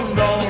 no